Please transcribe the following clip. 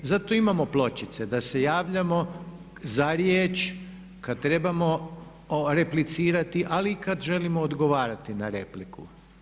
Zato imamo pločice da se javljamo za riječ kad trebamo replicirati, ali i kad želimo odgovarati na repliku.